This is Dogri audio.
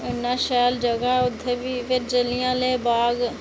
उन्ना शैल जगह उत्थै बी ते जालियांवाला बाग